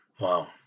Wow